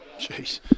jeez